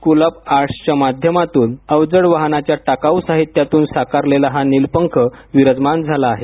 school of आर्टच्या माध्यमातून अवजड वाहनांच्या टाकाऊ साहित्यातून साकारलेला हा नीलपंख विराजमान झाला आहे